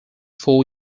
four